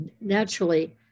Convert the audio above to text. naturally